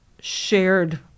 shared